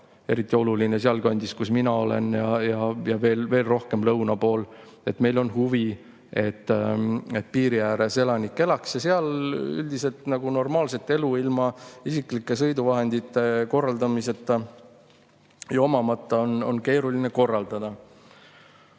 eriti oluline on see sealkandis, kus mina olen, ja veel rohkem lõuna pool. Meil on huvi, et piiri ääres elanikke elaks. Seal on üldiselt normaalset elu ilma isiklike sõiduvahenditeta, neid omamata keeruline korraldada.